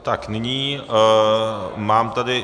Tak nyní mám tady...